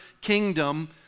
kingdom